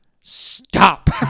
stop